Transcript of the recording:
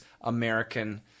American